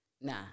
Nah